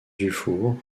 dufour